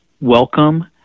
welcome